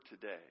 today